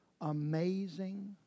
amazing